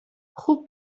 خوب